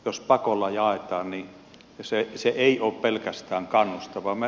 jos pakolla jaetaan niin se ei ole pelkästään kannustavaa